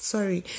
Sorry